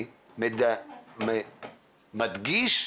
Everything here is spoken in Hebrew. אני מדגיש,